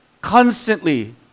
constantly